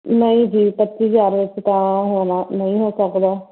ਨਹੀਂ ਜੀ ਪੱਚੀ ਹਜ਼ਾਰ ਵਿੱਚ ਤਾਂ ਹੋਣਾ ਨਹੀਂ ਹੋ ਸਕਦਾ